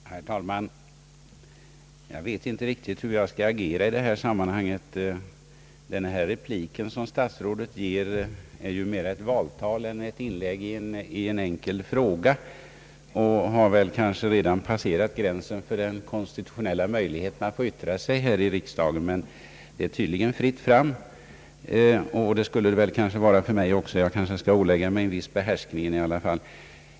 Herr talman! Jag vet inte riktigt hur jag skall agera i detta sammanhang. Den replik som statsrådet ger är ju mera ett valtal än ett inlägg i en enkel fråga och har kanske redan passerat gränsen för den konstitutionella möjligheten att få yttra sig här i riksdagen. Men det är tydligen fritt fram! Det kanske det är för mig också, men jag bör nog i alla fall ålägga mig en viss behärskning.